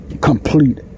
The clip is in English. complete